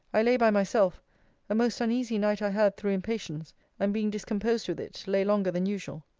i lay by myself a most uneasy night i had through impatience and being discomposed with it, lay longer than usual.